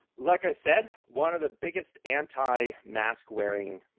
like i said, one of the biggest anti mask-wearing